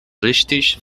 richtig